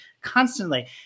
constantly